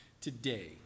today